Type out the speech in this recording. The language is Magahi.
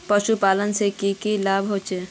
पशुपालन से की की लाभ होचे?